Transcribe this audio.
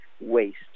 waste